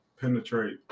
Penetrate